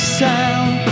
sound